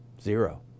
zero